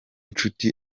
nshuti